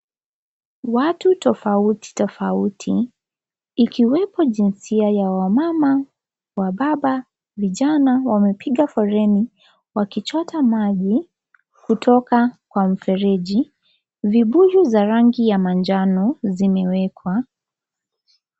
Watu tofauti tofauti ikiwemo jinsia ya wamama, wababa ,vijana wamepiga foleni wakichota maji kutoka kwa mfereji. Vibuyu vya rangi ya manjano zimewekwa.